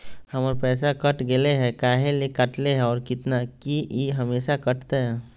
हमर पैसा कट गेलै हैं, काहे ले काटले है और कितना, की ई हमेसा कटतय?